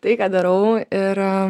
tai ką darau ir